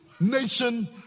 nation